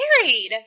married